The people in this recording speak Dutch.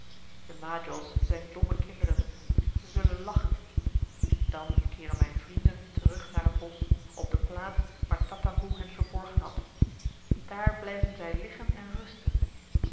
de majols zijn domme kinderen zij zullen lachen dan keeren mijne vrienden terug naar het bosch op de plaats waar tatamboe hen verborgen had daar blijven zij liggen en rusten